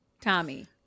Tommy